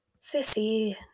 Sissy